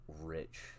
rich